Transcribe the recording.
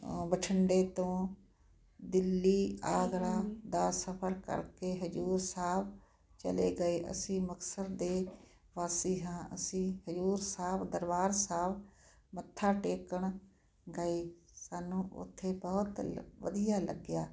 ਬਠਿੰਡੇ ਤੋਂ ਦਿੱਲੀ ਆਗਰਾ ਦਾ ਸਫ਼ਰ ਕਰਕੇ ਹਜ਼ੂਰ ਸਾਹਿਬ ਚਲੇ ਗਏ ਅਸੀਂ ਮੁਕਤਸਰ ਦੇ ਵਾਸੀ ਹਾਂ ਅਸੀਂ ਹਜਜ਼ੂਰ ਸਾਹਿਬ ਦਰਬਾਰ ਸਾਹਿਬ ਮੱਥਾ ਟੇਕਣ ਗਏ ਸਾਨੂੰ ਉੱਥੇ ਬਹੁਤ ਵਧੀਆ ਲੱਗਿਆ